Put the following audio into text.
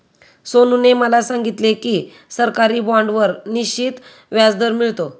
सोनूने मला सांगितले की सरकारी बाँडवर निश्चित व्याजदर मिळतो